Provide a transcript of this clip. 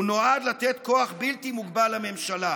הוא נועד לתת כוח בלתי מוגבל לממשלה.